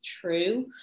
true